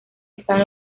están